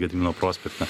gedimino prospekte